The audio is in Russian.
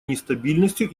нестабильностью